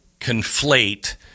conflate